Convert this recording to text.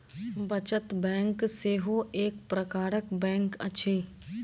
बचत बैंक सेहो एक प्रकारक बैंक अछि